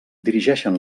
dirigeixen